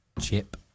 Chip